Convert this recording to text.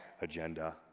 agenda